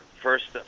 First